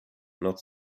not